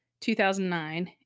2009